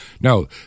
No